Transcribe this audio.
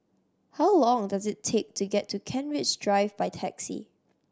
how long does it take to get to Kent Ridge Drive by taxi